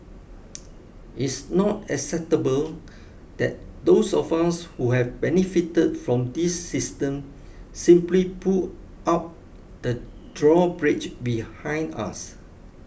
it's not acceptable that those of us who have benefited from this system simply pull up the drawbridge behind us